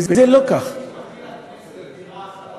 איפה היועץ המשפטי לכנסת?